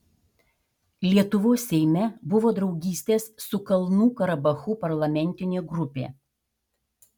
lietuvos seime buvo draugystės su kalnų karabachu parlamentinė grupė